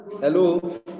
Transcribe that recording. Hello